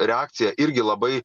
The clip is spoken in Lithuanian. reakcija irgi labai